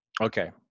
Okay